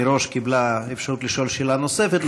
מראש קיבלה אפשרות לשאול שאלה נוספת.